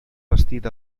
vestit